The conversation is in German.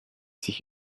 sich